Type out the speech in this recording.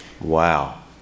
Wow